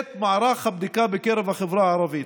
את מערך הבדיקה בקרב החברה הערבית.